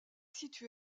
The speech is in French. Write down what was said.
situé